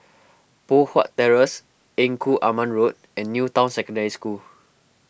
Poh Huat Terrace Engku Aman Road and New Town Secondary School